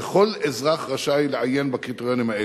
וכל אזרח רשאי לעיין בקריטריונים האלה.